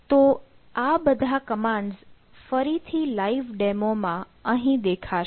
તો આ બધા કમાન્ડ્સ ફરીથી લાઇવ ડેમો માં અહીં દેખાશે